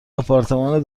آپارتمان